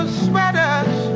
sweaters